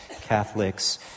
Catholics